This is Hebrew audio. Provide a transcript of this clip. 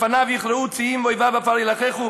לפניו יכרעו ציים, ואיביו עפר ילחכו.